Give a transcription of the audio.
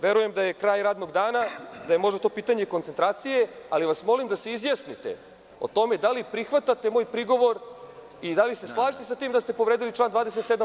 Verujem da je kraj radnog dana, da je možda to pitanje koncentracije, ali vas molim da se izjasnite o tome da li prihvatate moj prigovor i da li se slažete sa tim da ste povredili član 27.